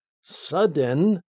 sudden